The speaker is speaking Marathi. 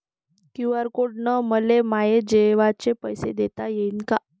क्यू.आर कोड न मले माये जेवाचे पैसे देता येईन का?